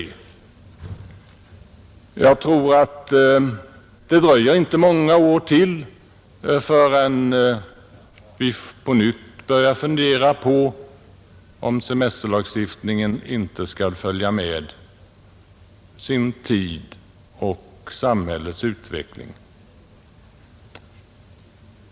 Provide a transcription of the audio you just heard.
Jag tror att det inte dröjer många år ytterligare förrän vi på nytt börjar fundera på om inte semesterlagstiftningen bör följa med sin tid och anpassas till samhällets utveckling.